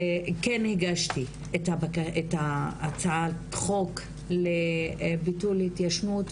כן הגשתי את הצעת החוק לביטול התיישנות,